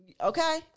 Okay